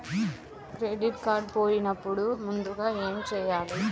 Credit card పోయినపుడు ముందుగా ఏమి చేయాలి?